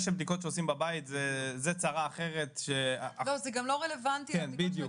בדיקות שעושים בבית זו צרה אחרת ש --- זה גם לא רלוונטי לתקנות,